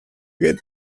get